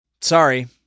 Sorry